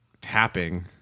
tapping